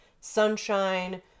Sunshine